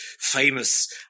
famous